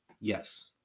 Yes